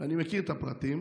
אני מכיר את הפרטים.